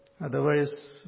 Otherwise